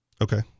Okay